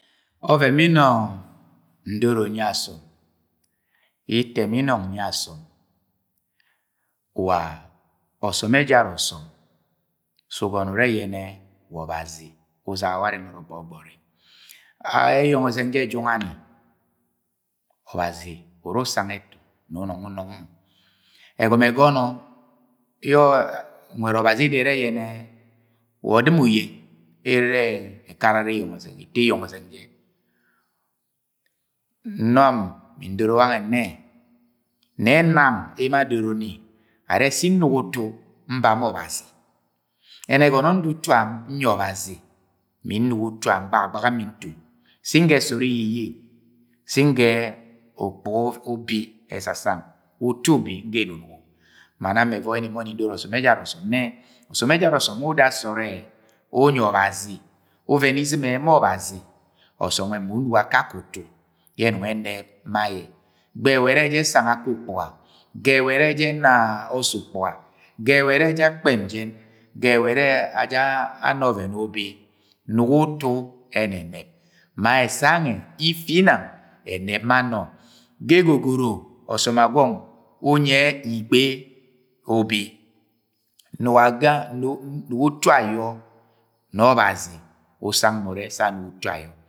Ọvẹn bẹ nnọng ndoro nyi asọm, itẹm yẹ nnọng nyi asọm, wa ọsọm ẹjạra ọsọm sẹ ugono urẹ yẹnẹ obazi usạga warẹ nọrọ gbo̱gbo̱ri. Eyena ọzɨng je ejunga ni. Obazi uru usang etu nẹ nnọng unọng mọ. Ẹgọmọ ẹsọnọ yẹ nwẹd Ọbazi edoro ẹrẹ yọnẹ wa ọdɨm uyenh ẹre ere ẹkara ẹyeng ozɨng, ga eyeng ọzɨng je, nam mi ndoro wange nne, ne nam emo adoro ni are se nnugo utu nba me Ọbazi, yẹnẹ ẹgọnọ yẹ nda utuam. Nyi Ọbazi mi nnugo utu gbagagbe go nmi nto. Sẹ nga sọọd eyeye, sẹ ngẹ ukpuga ubi ẹsasạng uru ubi nga enunugo ma nam mẹ ẹvoi ni nbọni ndoro ọsọm ẹjara ọsọm nne, ọsọm ẹjara ọsọm wẹ uda sọọd ẹ unyi Ọbazi, uvẹnẹ e izɨmẹ ma Ọbazi, ọsọm nwẹ mu. Unugo akake utu yẹ ẹnọna ẹnẹb ma aye. Gbai ẹwa ẹrẹ aja asang akẹ ukpuga, ga ẹwa ẹrẹ aja ana ọsẹ ukpuga. Gau ẹwawa ara aja ana ose ukpuga. Gai ẹwawa ara aja akpẹm jẹn. Gbai ẹwawa ẹrẹ aje ana ọvẹn ubi. Nugo utu ẹnẹnẹb ma esẹ gangẹ efinang ẹnẹb ma nọ gai egogoro ọsọm ma gwọng unyi igbe ubi nugo utu ayo nẹ obazi usang mọ urẹ se anu go utu ayọ.